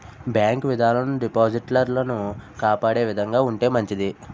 bank విధానాలు డిపాజిటర్లను కాపాడే విధంగా ఉంటే మంచిది